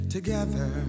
together